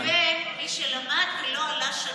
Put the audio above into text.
לבין מי שלמד ולא עלה שנה.